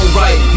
right